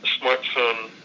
smartphone